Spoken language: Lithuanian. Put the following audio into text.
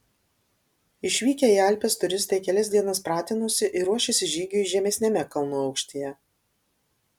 išvykę į alpes turistai kelias dienas pratinosi ir ruošėsi žygiui žemesniame kalnų aukštyje